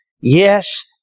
Yes